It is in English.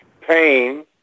pain